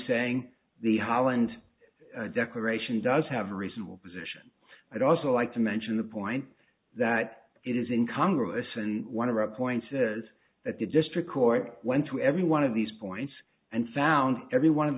saying the holland declaration does have a reasonable position i'd also like to mention the point that it is in congress and one of the points is that the district court went to every one of these points and found every one of